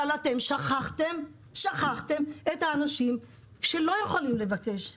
אבל אתם שכחתם את האנשים שלא יכולים לבקש,